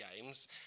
games